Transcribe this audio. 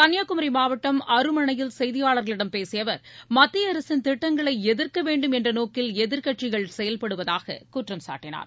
கன்னியாகுமரி மாவட்டம் அருமணையில் செய்தியாளர்களிடம் பேசிய அவர் மத்திய அரசின் திட்டங்களை எதிர்க்க வேண்டும் என்ற நோக்கில் எதிர்க்கட்சிகள் செயல்படுவதாக குற்றம் சாட்டினார்